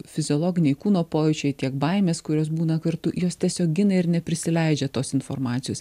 fiziologiniai kūno pojūčiai tiek baimės kurios būna kartu jos tiesiog gina ir neprisileidžia tos informacijos